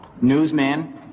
newsman